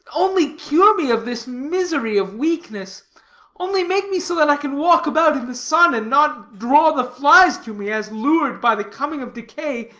only cure me of this misery of weakness only make me so that i can walk about in the sun and not draw the flies to me, as lured by the coming of decay.